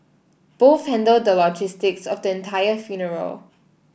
both handled the logistics of the entire funeral